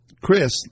Chris